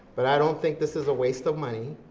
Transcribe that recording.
but i don't think this is a waste of money.